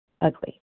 ugly